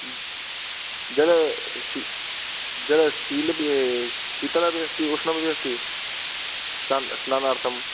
जलं शी जलं शीलभि शीतलमपि अस्ति उष्णमपि अस्ति स्नान स्नानार्थं